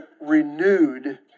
renewed